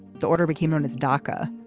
the order became known as daca.